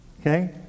Okay